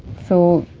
so